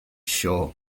sure